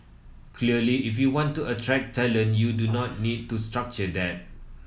clearly if you want to attract talent you do need to structure that